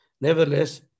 Nevertheless